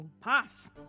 Pass